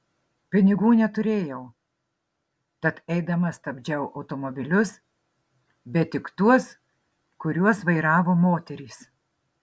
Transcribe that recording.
pinigų neturėjau tad eidama stabdžiau automobilius bet tik tuos kuriuos vairavo moterys